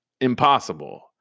impossible